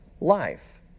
life